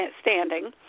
standing –